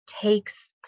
takes